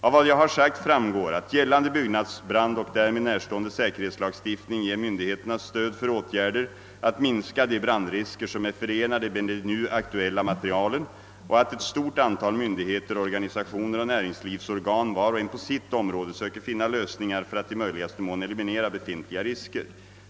Av vad jag har sagt framgår att gällande byggnads-, brandoch därmed närstående <säkerhetslagstiftning ger myndigheterna stöd för åtgärder att minska de brandrisker som är förenade med de nu aktuella materialen och att ett stort antal myndigheter, organisationer och näringslivsorgan var och en på sitt område söker finna lösningar för att i möjligaste mån eliminera befintliga risker.